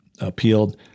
appealed